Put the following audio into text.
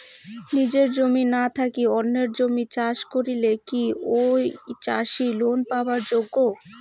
নিজের জমি না থাকি অন্যের জমিত চাষ করিলে কি ঐ চাষী লোন পাবার যোগ্য?